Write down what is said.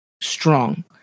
strong